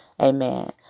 Amen